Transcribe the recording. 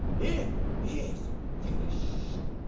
it is finished.